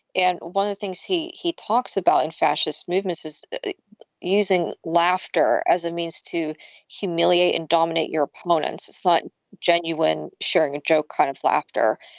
and one of the things he he talks about in fascist movements is using laughter as a means to humiliate and dominate your opponents. it's like genuine sharing a joke kind of laughter.